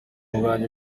bwanjye